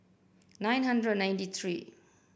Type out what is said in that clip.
nine hundred and ninety three